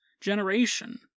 generation